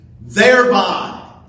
thereby